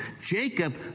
Jacob